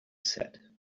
said